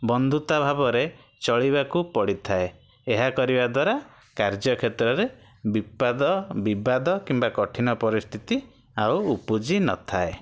ବନ୍ଧୁତା ଭାବରେ ଚଳିବାକୁ ପଡ଼ିଥାଏ ଏହା କରିବା ଦ୍ୱାରା କାର୍ଯ୍ୟ କ୍ଷେତ୍ରରେ ବିପାଦ ବିବାଦ କିମ୍ବା କଠିନ ପରିସ୍ଥିତି ଆଉ ଉପୁଜିନଥାଏ